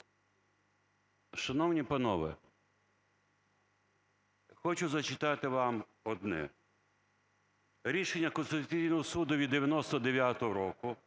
Шановні панове, хочу зачитати вам одне рішення Конституційного Суду від 99-го року,